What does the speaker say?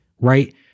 right